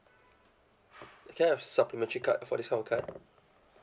can I have supplementary card for this kind of card